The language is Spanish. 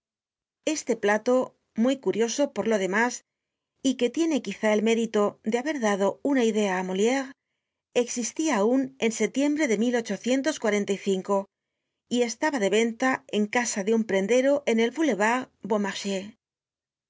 este plato muy curioso por lo demás y que tiene quizá el mérito de content from google book search generated at haber dado una idea á moliére existia aun en setiembre de y estaba de venta en casa de un prendero en el boulevard